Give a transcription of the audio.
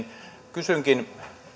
kysynkin